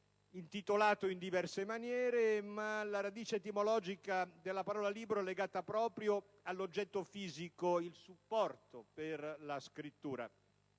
Intitolata in diverse maniere, la radice etimologica della parola libro è legata proprio all'oggetto fisico, il supporto per la scrittura.